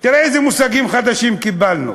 תראה איזה מושגים חדשים קיבלנו: